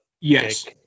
Yes